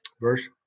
Verse